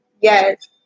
Yes